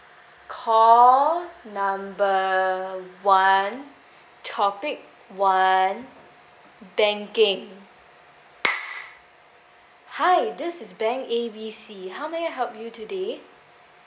call number one topic one banking hi this is bank A B C how may I help you today